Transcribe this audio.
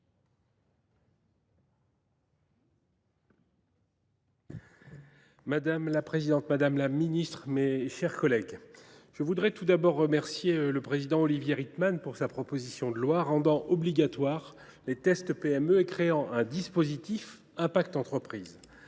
Madame la présidente, madame la ministre, mes chers collègues, je voudrais tout d’abord remercier le président Olivier Rietmann pour sa proposition de loi rendant obligatoires les « tests PME » et créant un dispositif « Impact Entreprises